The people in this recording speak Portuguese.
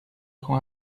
com